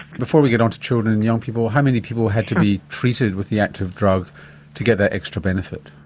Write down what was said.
before we get on to children and young people. how many people had to be treated with the active drug to get that extra benefit?